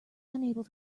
unable